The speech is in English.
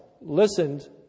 listened